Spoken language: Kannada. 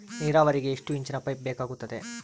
ನೇರಾವರಿಗೆ ಎಷ್ಟು ಇಂಚಿನ ಪೈಪ್ ಬೇಕಾಗುತ್ತದೆ?